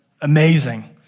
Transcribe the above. amazing